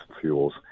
fuels